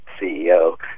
CEO